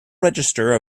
register